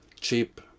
cheap